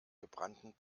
gebrannten